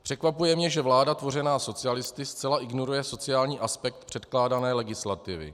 Překvapuje mě, že vláda tvořená socialisty zcela ignoruje sociální aspekt předkládané legislativy.